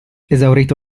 esaurito